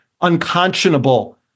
unconscionable